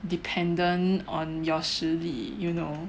dependent on your 实力 you know